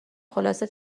خلاصه